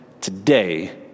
today